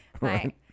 Right